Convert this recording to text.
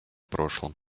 прошлом